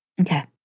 Okay